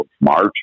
March